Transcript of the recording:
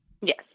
Yes